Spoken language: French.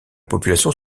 population